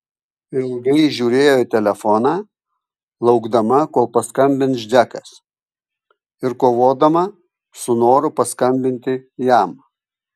ilgai žiūrėjo į telefoną laukdama kol paskambins džekas ir kovodama su noru paskambinti jam